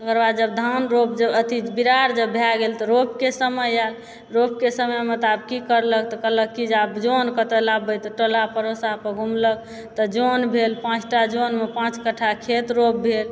तकर बाद जब धान रोप जब अथी बीरार जब भै गेल तऽ रोपके समय आयल रोपके समयमे तऽ आब की करलक तऽ कहलक कि जे आब जन कतय लानबै तऽ टोला पड़ोसा पर घुमलक तऽ जन भेल पाँचटा जनमे पाँच कठ्ठा खेत रोप भेल